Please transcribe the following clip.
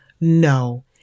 No